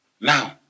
Now